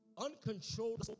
uncontrolled